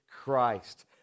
Christ